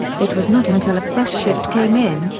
it was not until a fresh shift came in,